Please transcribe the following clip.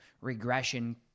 regression